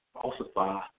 falsify